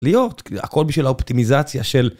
להיות, הכל בשביל האופטימיזציה של...